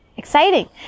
exciting